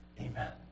Amen